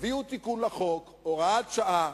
תביאו תיקון לחוק, הוראת שעה,